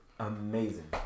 amazing